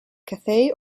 cathay